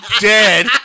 dead